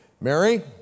Mary